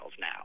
now